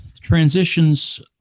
transitions